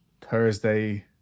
Thursday